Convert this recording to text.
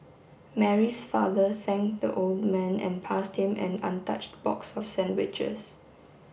Mary's father thanked the old man and passed him an untouched box of sandwiches